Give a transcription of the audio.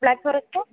black ഫോറസ്റ്റോ